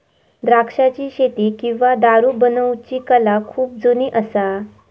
द्राक्षाची शेती किंवा दारू बनवुची कला खुप जुनी असा